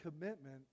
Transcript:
commitment